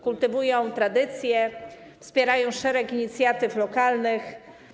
Kultywują tradycje, wspierają szereg inicjatyw lokalnych.